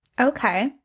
Okay